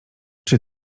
czy